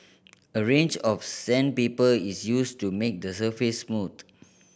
a range of sandpaper is used to make the surface smooth